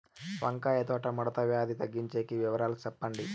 వంకాయ తోట ముడత వ్యాధి తగ్గించేకి వివరాలు చెప్పండి?